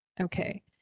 Okay